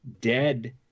dead